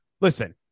listen